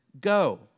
go